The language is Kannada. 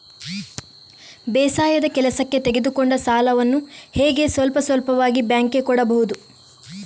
ಬೇಸಾಯದ ಕೆಲಸಕ್ಕೆ ತೆಗೆದುಕೊಂಡ ಸಾಲವನ್ನು ಹೇಗೆ ಸ್ವಲ್ಪ ಸ್ವಲ್ಪವಾಗಿ ಬ್ಯಾಂಕ್ ಗೆ ಕೊಡಬಹುದು?